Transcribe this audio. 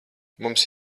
mums